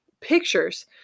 Pictures